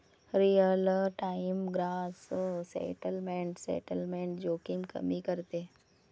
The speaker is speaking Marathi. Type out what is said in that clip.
real time gross settlement settlement जोखीम कमी करते